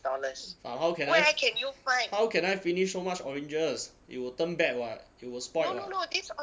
but how can I how can I finish so much oranges it will turn bad [what] it will spoil [what]